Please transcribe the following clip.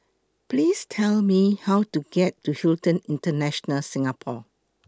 Please Tell Me How to get to Hilton International Singapore